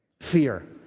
Fear